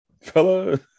fella